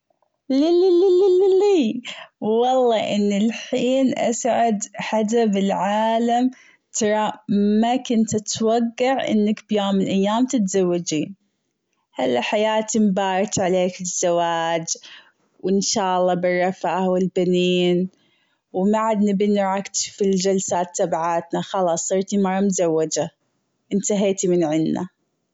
و والله أني الحين أسعد حدا بالعالم ترى ما كنت اتوقع أنك بيوم من الأيام تتزوجين هلا حياتي مبارك عليكى الزواج وانشالله بالرفاه والبنين وما عدنا بينا وقت في الجلسات تبعتنا خلاص صرتي مره مزوجة انتهيتي من عندنا.